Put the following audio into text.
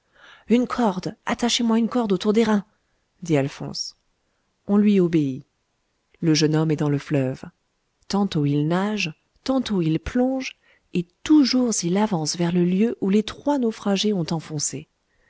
une corde attachez moi une corde autour des reins dit alphonse on lui obéit le jeune homme est dans le fleuve tantôt il nage tantôt il plonge et toujours il avance vers le lieu où les trois naufragés ont enfoncé